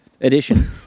edition